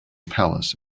palace